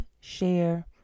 share